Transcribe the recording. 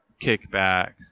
kickback